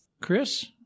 Chris